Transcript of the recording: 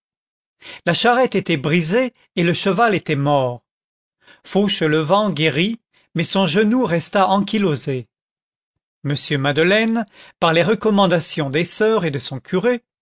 la charrette était brisée et le cheval était mort fauchelevent guérit mais son genou resta ankylosé m madeleine par les recommandations des soeurs et de son curé